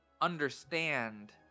understand